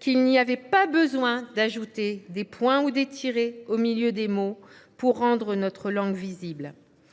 qu’il n’y a « pas besoin d’ajouter des points ou des tirets au milieu des mots pour rendre notre langue visible